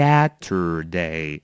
Saturday